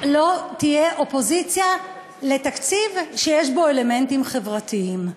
לא תהיה אופוזיציה לתקציב שיש בו אלמנטים חברתיים,